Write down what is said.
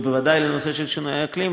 בוודאי לנושא של שינוי האקלים,